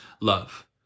love